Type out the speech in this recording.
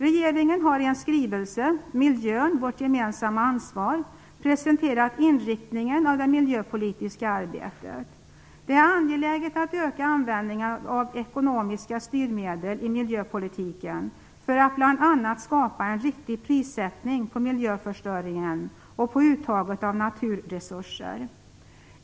Regeringen har i en skrivelse "Miljön - vårt gemensamma ansvar" presenterat inriktningen av det miljöpolitiska arbetet. Det är angeläget att öka användningen av ekonomiska styrmedel i miljöpolitiken för att bl.a. skapa en riktig prissättning på miljöförstöringen och på uttaget av naturresurser.